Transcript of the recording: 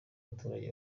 abaturage